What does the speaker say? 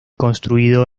construido